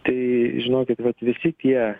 tai žinokit vat visi tie